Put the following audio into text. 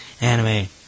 anime